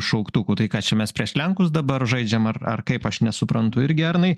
šauktukų tai ką čia mes prieš lenkus dabar žaidžiam ar ar kaip aš nesuprantu irgi arnai